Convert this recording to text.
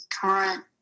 current